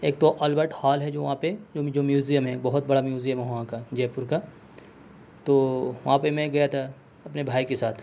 ایک تو Albert Hall ہے جو وہاں پہ جو میوزیم ہے ایک بہت بڑا میوزیم ہے وہاں کا جے پور کا تو وہاں پہ میں گیا تھا اپنے بھائی کے ساتھ